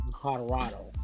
Colorado